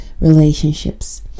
relationships